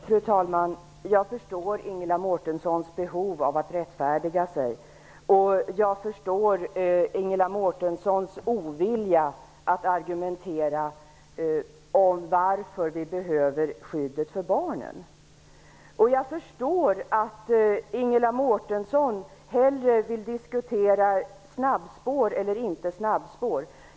Fru talman! Jag förstår Ingela Mårtenssons behov av att rättfärdiga sig, och jag förstår Ingela Mårtenssons motvilja att argumentera om varför vi behöver skyddet för barnen. Jag förstår också att Ingela Mårtensson hellre vill diskutera frågan om snabbspår eller inte.